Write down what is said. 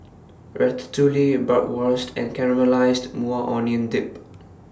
Ratatouille Bratwurst and Caramelized Maui Onion Dip